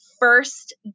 first